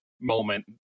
moment